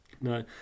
No